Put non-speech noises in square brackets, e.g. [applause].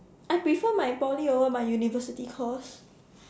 I prefer my Poly over my university course [breath]